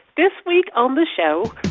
this week on the show,